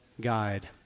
guide